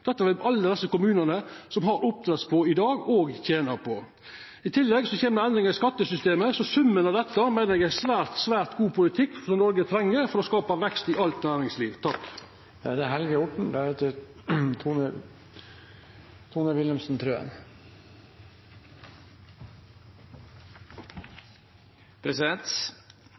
Dette vil alle dei kommunane som har oppdrettsnæring i dag, tena på. I tillegg kjem endringar i skattesystemet, så summen av dette meiner eg er svært, svært god politikk, som Noreg treng for å skapa vekst i alt næringsliv. Vi har fått et godt opplegg for kommunene og fylkeskommunene gjennom denne kommuneproposisjonen. Det er